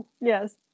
Yes